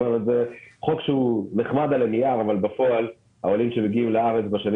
זה חוק שהוא נחמד על הנייר אבל בפועל העולים שהגיעו לארץ בשנים